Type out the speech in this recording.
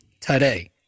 today